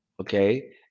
Okay